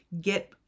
get